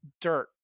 dirt